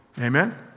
amen